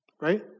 Right